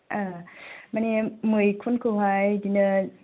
माने मैखुनखौहाय इदिनो